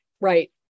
Right